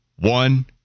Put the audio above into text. One